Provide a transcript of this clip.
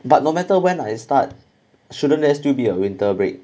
but no matter when I start shouldn't there still be a winter break